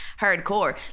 Hardcore